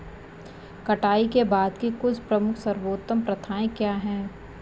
कटाई के बाद की कुछ प्रमुख सर्वोत्तम प्रथाएं क्या हैं?